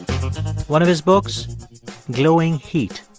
one of his books glowing heat.